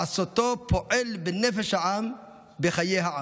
לעשותו פועל בנפש העם, בחיי העם.